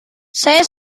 saya